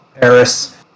Paris